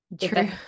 True